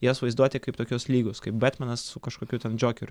jas vaizduoti kaip tokius lygius kaip betmanas su kažkokiu ten džiokeriu